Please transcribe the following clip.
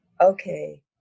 Okay